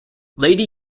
lady